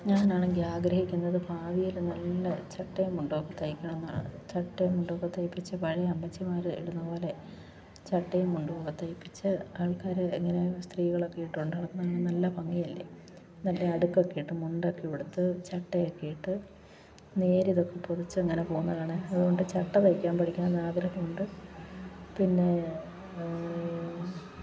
ഞാൻ ആണെങ്കിൽ ആഗ്രഹിക്കുന്നത് ഭാവിയിൽ നല്ല ചട്ടയും മുണ്ടുമൊക്കെ തയ്ക്കണം എന്നാണ് ചട്ടയും മുണ്ടുമൊക്കെ തയ്പ്പിച്ചു പഴയ അമ്മച്ചിമാർ ഇടുന്ന പോലെ ചട്ടയും മുണ്ടൊക്കെ തയ്പ്പിച്ചു ആൾക്കാർ ഇങ്ങനെ സ്ത്രീകളൊക്കെ ഇട്ടു കൊണ്ട് വന്നു കഴിഞ്ഞാൽ നല്ല ഭംഗി അല്ലേ നല്ല അടുക്കൊക്കെ ഇട്ട് മുണ്ടൊക്കെ ഉടുത്ത് ചട്ടയൊക്കെ ഇട്ട് നേരിയതൊക്കെ പുതച്ചു ഇങ്ങനെ പോകുന്നത് കാണാൻ അതുകൊണ്ട് ചട്ട തയ്ക്കാൻ പഠിക്കാൻ ആഗ്രഹമുണ്ട് പിന്നെ